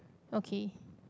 okay